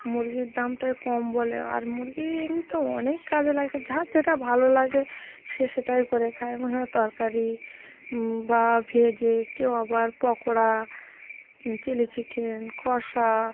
মুরগির দামটাই কম বলে আর মুরগি এমনি তো অনেক কাজে লাগে যার যেটা ভালো লাগে সে সেটাই করে খায় মনে হলো তরকারি বা ভেজে কেউ আবার পকোড়া চিলি চিকেন কষা